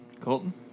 Colton